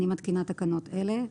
אני מתקינה תקנות אלה: